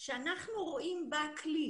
שאנחנו רואים בה כלי,